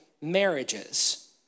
marriages